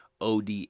OD